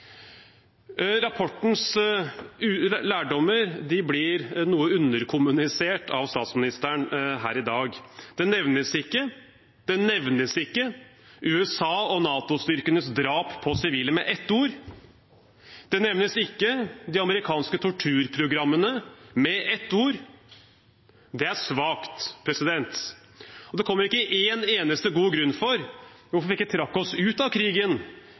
Rapportens lærdommer blir noe underkommunisert av statsministeren her i dag. USA- og NATO-styrkenes drap på sivile nevnes ikke med ett ord. De amerikanske torturprogrammene nevnes ikke med ett ord. Det er svakt. Og det kommer ikke en eneste god grunn til hvorfor vi ikke trakk oss ut av krigen